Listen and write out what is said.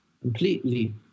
completely